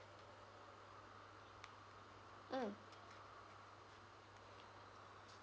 mm